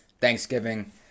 Thanksgiving